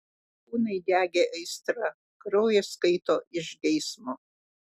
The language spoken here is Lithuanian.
kūnai degė aistra kraujas kaito iš geismo